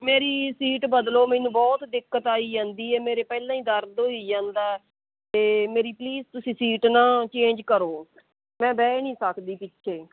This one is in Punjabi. ਮੇਰੀ ਸੀਟ ਬਦਲੋ ਮੈਨੂੰ ਬਹੁਤ ਦਿੱਕਤ ਆਈ ਜਾਂਦੀ ਹੈ ਮੇਰੇ ਪਹਿਲਾਂ ਹੀ ਦਰਦ ਹੋਈ ਜਾਂਦਾ ਅਤੇ ਮੇਰੀ ਪਲੀਜ਼ ਤੁਸੀਂ ਸੀਟ ਨਾ ਚੇਂਜ ਕਰੋ ਮੈਂ ਬਹਿ ਨਹੀਂ ਸਕਦੀ ਪਿੱਛੇ